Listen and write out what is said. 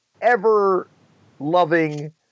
ever-loving